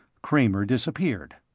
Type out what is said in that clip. kramer disappeared.